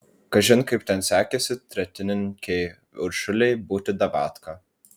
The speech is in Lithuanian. kažin kaip ten sekėsi tretininkei uršulei būti davatka